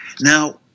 Now